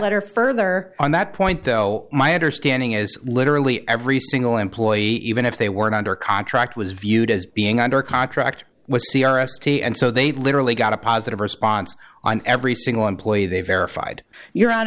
matter further on that point though my understanding is literally every single employee even if they weren't under contract was viewed as being under contract with c r s t and so they literally got a positive response on every single employee they verified your hon